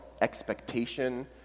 expectation